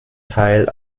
teil